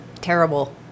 terrible